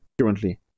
currently